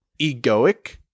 egoic